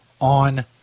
on